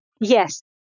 Yes